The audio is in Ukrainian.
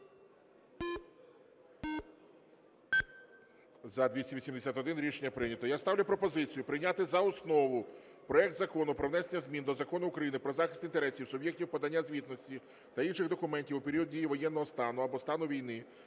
За-281 Рішення прийнято.